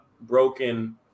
Broken